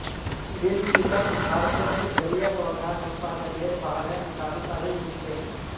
बिलकिसक भारतत जलिय पौधार उत्पादनेर बा र जानकारी नी छेक